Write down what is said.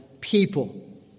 people